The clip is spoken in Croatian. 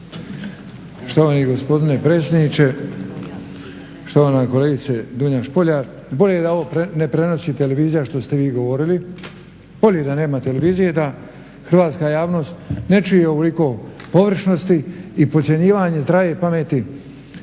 hrvatska javnost ne čuje ovoliko površnosti i podcjenjivanje zdrave pameti